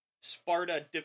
Sparta